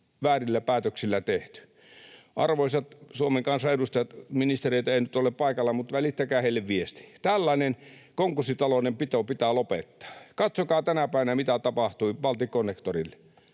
väärillä päätöksillä tehty. Arvoisat Suomen kansan edustajat, ministereitä ei nyt ole paikalla, mutta välittäkää heille viesti: tällainen konkurssitaloudenpito pitää lopettaa. Katsokaa tänä päivänä, mitä tapahtui Baltic Connectorille.